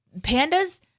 pandas